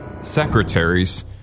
Secretaries